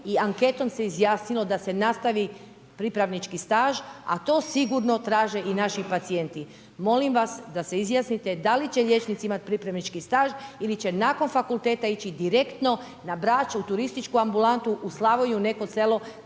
anketom se izjasnilo da se nastavit pripravnički staž a to sigurno traže i naši pacijenti. Molim vas da se izjasnite da li će liječnici imati pripravnički staž ili će nakon fakulteta ići direktno na Brač u turističku ambulantu, u Slavoniju u neko selo